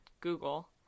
Google